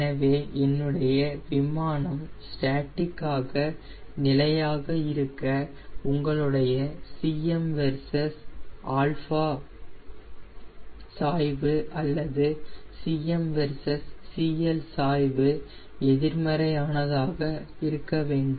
எனவே என்னுடைய விமானம் ஸ்டேட்டிக்காக நிலையாக இருக்க உங்களுடைய Cm வெர்சஸ் 𝛼 சாய்வு அல்லது Cm வெர்சஸ் CL சாய்வு எதிர்மறையானதாக இருக்க வேண்டும்